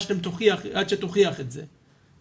עד שתוכיח את זה.